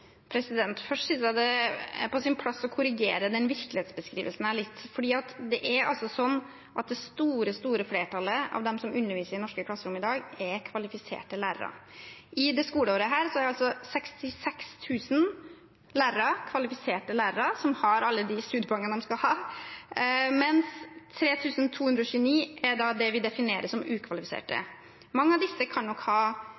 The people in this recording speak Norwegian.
Først synes jeg det er på sin plass å korrigere denne virkelighetsbeskrivelsen litt. For det er sånn at det store, store flertallet av dem som underviser i norske klasserom i dag, er kvalifiserte lærere. I dette skoleåret er det 66 000 lærere, kvalifiserte lærere, som har alle de studiepoengene de skal ha, mens 3 229 er det vi definerer som ukvalifiserte. Mange av disse kan nok ha